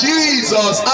Jesus